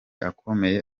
akomeye